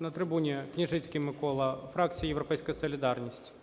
На трибуні, Княжицький Микола, фракція "Європейська солідарність".